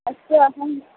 अस्तु अहम्